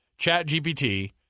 ChatGPT